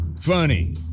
funny